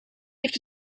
heeft